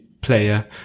player